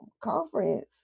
conference